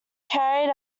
carried